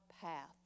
path